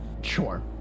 Sure